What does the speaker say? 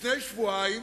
לפני שבועיים